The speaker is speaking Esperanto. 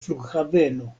flughaveno